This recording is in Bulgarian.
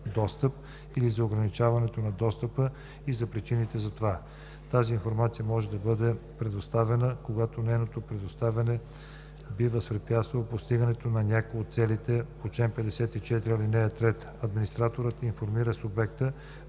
достъп или за ограничаването на достъпа и за причините за това. Тази информация може да не бъде предоставена, когато нейното предоставяне би възпрепятствало постигането на някоя от целите по чл. 54, ал. 3. Администраторът информира субекта